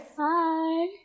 Hi